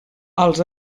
als